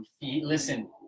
Listen